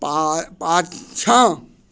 पा पाछाँ